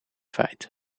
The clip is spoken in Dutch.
feit